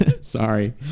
Sorry